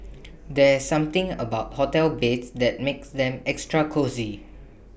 there's something about hotel beds that makes them extra cosy